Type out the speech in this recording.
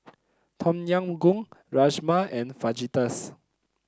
Tom Yam Goong Rajma and Fajitas